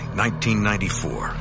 1994